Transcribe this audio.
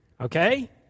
Okay